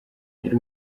yari